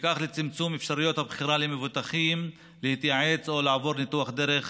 ובכך לצמצום אפשרויות הבחירה למבוטחים להתייעץ או לעבור ניתוח דרך